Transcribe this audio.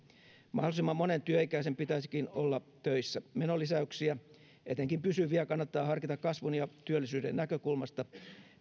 mahdollisimman monen työikäisen pitäisikin olla töissä menolisäyksiä etenkin pysyviä kannattaa harkita kasvun ja työllisyyden näkökulmasta